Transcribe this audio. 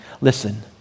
Listen